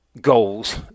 goals